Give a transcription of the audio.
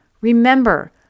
Remember